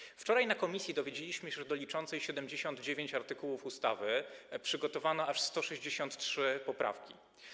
Wczoraj na posiedzeniu komisji dowiedzieliśmy się, że do liczącej 79 artykułów ustawy przygotowano aż 163 poprawki.